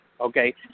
okay